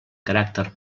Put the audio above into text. caràcter